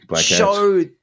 show